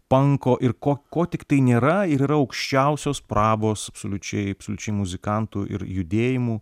panko ir ko ko tiktai nėra ir yra aukščiausios prabos absoliučiai absoliučiai muzikantų ir judėjimų